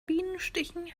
bienenstichen